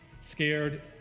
scared